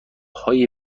های